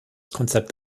konzept